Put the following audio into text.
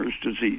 disease